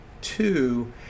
two